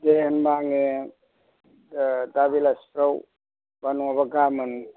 दे होमब्ला आङो ओ दा बेलासिफ्राव एबा नङाब्ला गाबोन